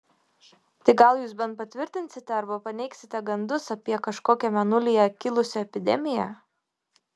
tai gal jūs bent patvirtinsite arba paneigsite gandus apie kažkokią mėnulyje kilusią epidemiją